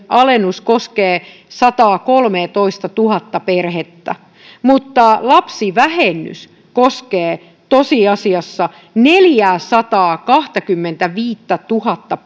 alennus koskee sataakolmeatoistatuhatta perhettä mutta lapsivähennys koskee tosiasiassa neljääsataakahtakymmentäviittätuhatta